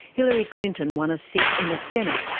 hillary clinton won a seat in the senate,